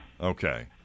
okay